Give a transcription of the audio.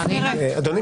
אדוני,